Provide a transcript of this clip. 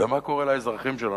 במה שקורה לאזרחים שלנו.